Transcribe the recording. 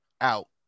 out